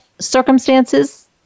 circumstances